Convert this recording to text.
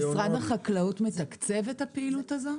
משרד החקלאות מתקצב את הפעילות הזאת?